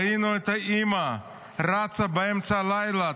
ראינו את האימא רצה באמצע הלילה,